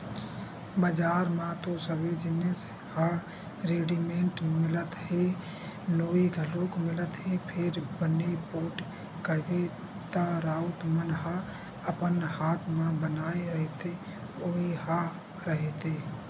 बजार म तो सबे जिनिस ह रेडिमेंट मिलत हे नोई घलोक मिलत हे फेर बने पोठ कहिबे त राउत मन ह अपन हात म बनाए रहिथे उही ह रहिथे